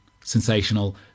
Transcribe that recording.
sensational